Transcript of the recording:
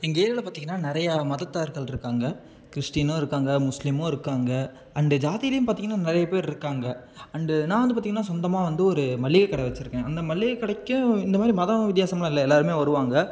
எங்கள் ஏரியாவில பார்த்தீங்கன்னா நிறையா மதத்தார்கள் இருக்காங்க கிறிஸ்டீனும் இருக்காங்க முஸ்லீமும் இருக்காங்க அண்டு ஜாதியிலையும் பார்த்தீங்கன்னா நிறைய பேர் இருக்காங்க அண்டு நான் வந்து பார்த்தீங்கன்னா சொந்தமாக வந்து ஒரு மளிகைக்கடை வச்சிருக்கேன் அந்த மளிகைக்கடைக்கும் இந்தமாதிரி மதம் வித்யாசம்லாம் இல்லை எல்லாருமே வருவாங்க